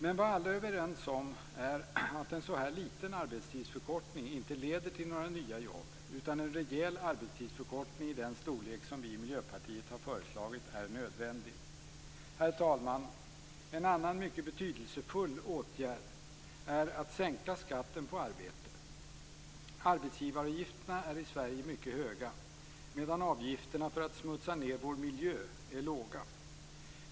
Men vad alla är överens om är att en så här liten arbetstidsförkortning inte leder till några nya jobb, utan en rejäl arbetstidsförkortning, i den storlek som vi i Miljöpartiet har föreslagit, är nödvändig. Herr talman! En annan mycket betydelsefull åtgärd är att sänka skatten på arbete. Arbetsgivaravgifterna i Sverige är mycket höga, medan avgifterna för att smutsa ned vår miljö är låga.